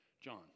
John